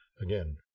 Again